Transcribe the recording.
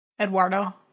Eduardo